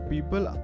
People